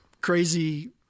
crazy